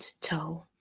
toe